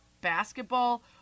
basketball